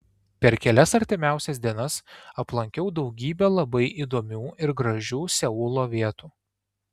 per kelias artimiausias dienas aplankiau daugybę labai įdomių ir gražių seulo vietų